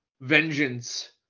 vengeance